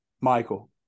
Michael